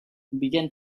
began